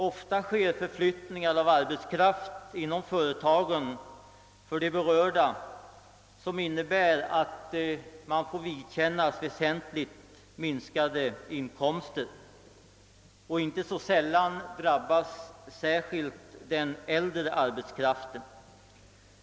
Ofta görs förflyttningar av arbetskraft inom företagen, som innebär att de anställda får vidkännas väsentligt minskade inkomster, och inte så sällan drabbas den äldre arbetskraften.